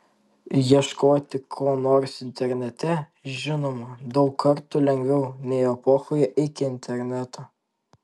ieškoti ko nors internete žinoma daug kartų lengviau nei epochoje iki interneto